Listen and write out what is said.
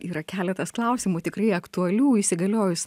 yra keletas klausimų tikrai aktualių įsigaliojus